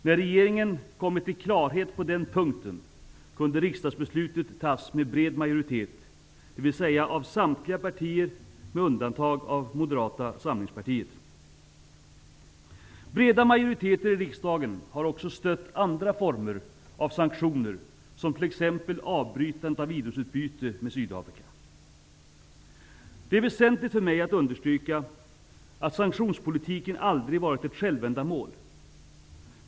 När regeringen kommit till klarhet på den punkten kunde riksdagsbelutet fattas med bred majoritet, dvs. av samtliga partier med undantag av Moderata samlingspartiet. Breda majoriteter i riksdagen har också stött andra former av sanktioner, som t.ex. Det är väsentligt för mig att få understryka att sanktionspolitiken aldrig har varit ett självändamål.